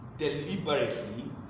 deliberately